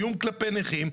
איום כלפי נכים,